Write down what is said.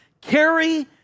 carry